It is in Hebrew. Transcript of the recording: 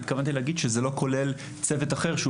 התכוונתי להגיד שזה לא כולל צוות אחר שהוא